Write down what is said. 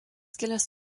kilęs